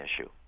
issue